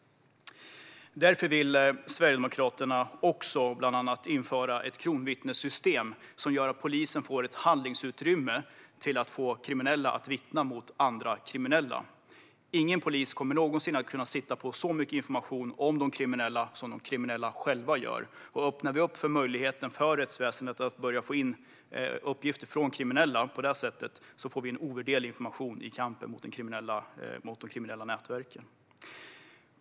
Därför vill Sverigedemokraterna också bland annat införa ett kronvittnessystem, som gör att polisen får handlingsutrymme för att få kriminella att vittna mot andra kriminella. Ingen polis kommer någonsin att kunna sitta på lika mycket information om de kriminella som de kriminella själva gör. Om vi öppnar möjligheten för rättsväsendet att börja få in uppgifter från kriminella på detta sätt får vi ovärderlig information i kampen mot de kriminella nätverken.